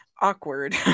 awkward